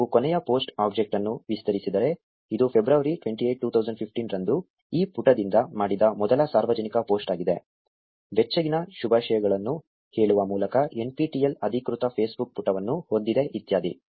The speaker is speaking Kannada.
ಆದ್ದರಿಂದ ನೀವು ಕೊನೆಯ ಪೋಸ್ಟ್ ಆಬ್ಜೆಕ್ಟ್ ಅನ್ನು ವಿಸ್ತರಿಸಿದರೆ ಇದು ಫೆಬ್ರವರಿ 28 2015 ರಂದು ಈ ಪುಟದಿಂದ ಮಾಡಿದ ಮೊದಲ ಸಾರ್ವಜನಿಕ ಪೋಸ್ಟ್ ಆಗಿದೆ ಬೆಚ್ಚಗಿನ ಶುಭಾಶಯಗಳನ್ನು ಹೇಳುವ ಮೂಲಕ NPTEL ಅಧಿಕೃತ ಫೇಸ್ಬುಕ್ ಪುಟವನ್ನು ಹೊಂದಿದೆ ಇತ್ಯಾದಿ